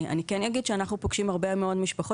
אני כן אגיד שאנחנו פוגשים הרבה מאוד משפחות